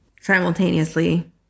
simultaneously